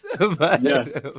Yes